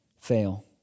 fail